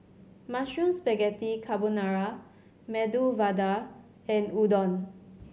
Mushroom Spaghetti Carbonara Medu Vada and Udon